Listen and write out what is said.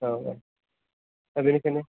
औ औ दा बेनिखायनो